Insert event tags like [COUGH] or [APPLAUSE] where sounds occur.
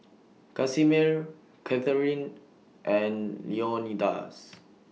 [NOISE] Casimer Katharine and Leonidas